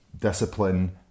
discipline